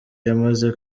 yamaze